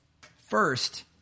First